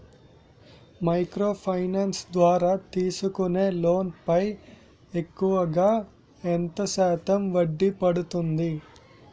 Micro finance ద్వారా తీసుకునే loan పై ఎక్కువుగా ఎంత శాతం వడ్డీ పడుతుంది?